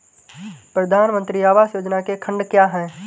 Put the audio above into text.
प्रधानमंत्री आवास योजना के खंड क्या हैं?